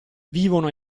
vivono